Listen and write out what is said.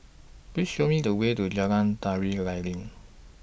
Please Show Me The Way to Jalan Tari Lilin